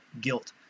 guilt